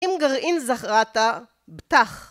אם גרעין זרעת, בטח.